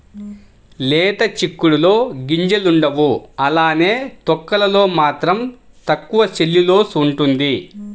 లేత చిక్కుడులో గింజలుండవు అలానే తొక్కలలో మాత్రం తక్కువ సెల్యులోస్ ఉంటుంది